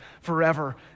forever